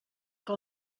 que